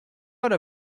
oder